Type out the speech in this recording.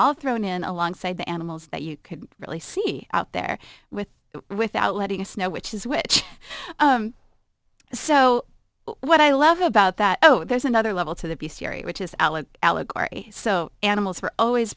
all thrown in alongside the animals that you could really see out there with without letting us know which is which so what i love about that oh there's another level to the beast area which is our allegory so animals were always